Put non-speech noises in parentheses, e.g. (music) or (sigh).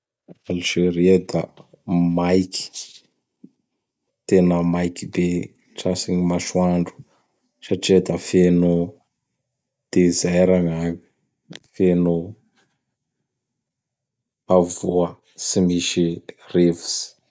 (noise) Alzeria da maiky, (noise) tena maiky be. Tratsin'ny masoandro satria da feno dezera gn'agny; feno havoa tsy misy rivotsy.